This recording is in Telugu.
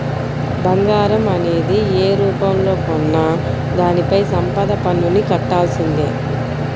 బంగారం అనేది యే రూపంలో కొన్నా దానిపైన సంపద పన్నుని కట్టాల్సిందే